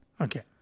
Okay